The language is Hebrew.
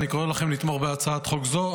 אני קורא לכם לתמוך בהצעת חוק זו.